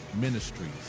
ministries